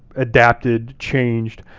adapted, changed,